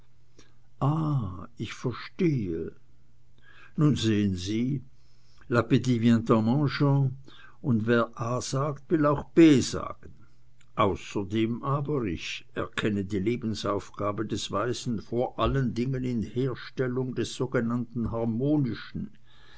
ah ich verstehe nun sehen sie l'apptit vient en mangeant und wer a sagt will auch b sagen außerdem aber ich erkenne die lebensaufgabe des weisen vor allen dingen in herstellung des sogenannten harmonischen